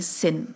sin